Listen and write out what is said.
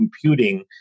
computing